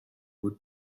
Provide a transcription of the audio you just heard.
would